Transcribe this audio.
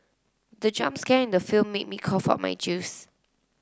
the jump scare in the film made me cough of my juice